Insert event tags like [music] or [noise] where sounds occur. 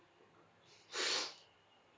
[noise]